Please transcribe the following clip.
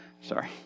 Sorry